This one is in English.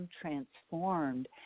transformed